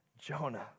Jonah